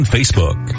Facebook